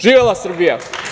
Živela Srbija!